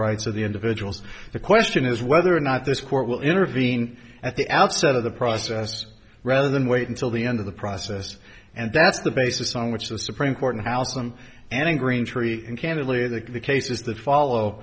rights of the individuals the question is whether or not this court will intervene at the outset of the process rather than wait until the end of the process and that's the basis on which the supreme court house them and in green tree and candidly the cases that follow